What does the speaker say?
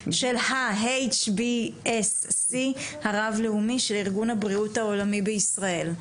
ה- HBSC הרב-לאומי של ארגון הבריאות העולמי בישראל.